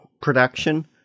production